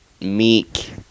meek